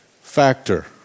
factor